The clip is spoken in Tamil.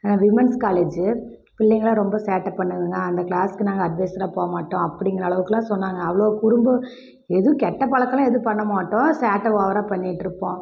விமன்ஸ் காலேஜு பிள்ளைங்கெல்லாம் ரொம்ப சேட்டை பண்ணுதுங்க அந்த க்ளாஸ்க்கு நாங்கள் அட்வைஸராக போக மாட்டோம் அப்படிங்கிற அளவுக்கெலாம் சொன்னாங்க அவ்வளோ குறும்பு எதுவும் கெட்ட பழக்கலாம் எதுவும் பண்ண மாட்டோம் சேட்டை ஓவராக பண்ணிட்டிருப்போம்